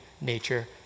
nature